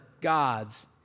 gods